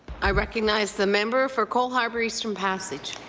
i recognize the member for cole harbour-eastern passage.